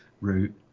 route